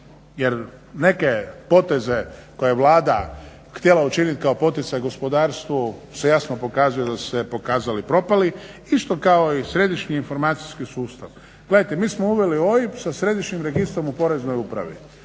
Jer neke poteze koje je Vlada htjela učiniti kao poticaj gospodarstvu se jasno pokazuju da su se pokazali propali isto kao i središnji informacijski sustav. Gledajte, mi smo uveli OIB sa Središnjim registrom u Poreznoj upravi.